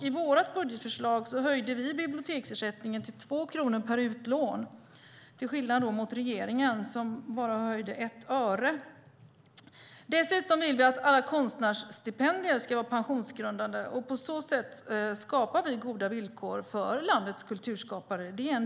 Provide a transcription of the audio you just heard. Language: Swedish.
I vårt budgetförslag höjde vi biblioteksersättningen till 2 kronor per utlån till skillnad från regeringens höjning med 1 öre. Dessutom vill vi att alla konstnärsstipendier ska vara pensionsgrundande. Det är en del i hur vi skapar goda villkor för landets kulturskapare.